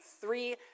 three